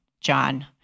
John